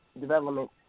Development